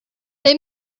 they